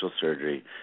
surgery